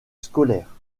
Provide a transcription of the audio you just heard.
scolaire